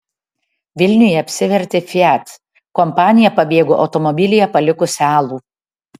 vilniuje apsivertė fiat kompanija pabėgo automobilyje palikusi alų